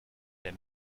der